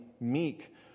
meek